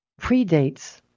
predates